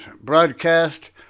broadcast